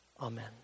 Amen